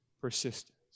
persistence